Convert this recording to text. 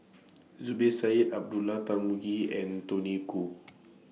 Zubir Said Abdullah Tarmugi and Tony Khoo